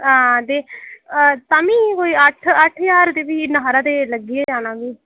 हां ते तामीं कोई अट्ठ अट्ठ ज्हार ते फ्ही इन्ना सारा ते लग्गी गै जाना फ्ही